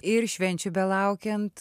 ir švenčių belaukiant